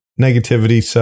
negativity